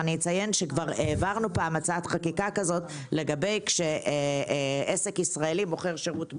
שכבר העברנו פעם הצעת חקיקה כזאת כשעסק ישראלי מוכר שירות בחו"ל.